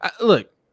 Look